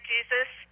Jesus